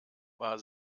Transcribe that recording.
war